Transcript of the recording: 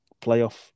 playoff